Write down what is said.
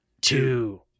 two